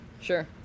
Sure